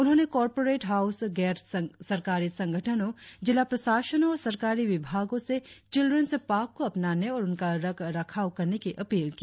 उन्होंने corporate house गैर सरकारी संगठनों जिला प्रशासनों और सरकारी विभागों से चिल्रन्स पार्क को अपनाने और उनका रख रखाव करने की अपील की